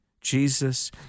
Jesus